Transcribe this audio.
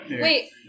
Wait